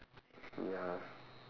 ya